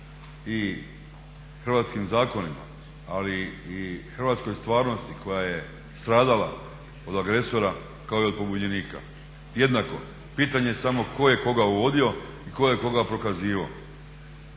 i hrvatskim zakonima, ali i hrvatskoj stvarnosti koja je stradala od agresora kao i od pobunjenika, jednako. Pitanje je samo tko je koga … i tko je koga prokazivao.